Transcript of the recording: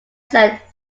said